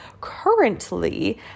currently